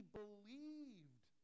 believed